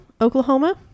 Oklahoma